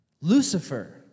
Lucifer